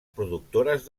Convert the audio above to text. productores